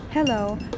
Hello